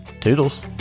toodles